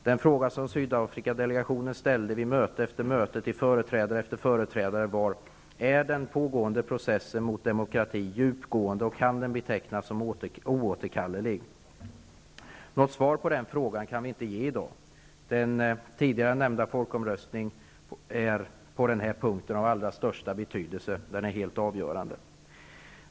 Den fråga som Sydafrikadelegationen ställde vid möte efter möte, till företrädare efter företrädare, var: Är den pågående processen mot demokrati djupgående, och kan den betecknas som oåterkallelig? Något svar på den frågan kan vi inte ge i dag. Den tidigare nämnda folkomröstningen är av största betydelse på denna punkt. Den är helt avgörande.